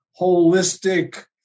holistic